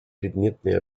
предметные